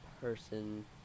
person